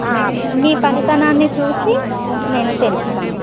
మీ పనితనాన్ని చూసి నేను పెంచుతాను